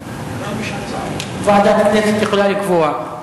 ועדת הכנסת יכולה לקבוע.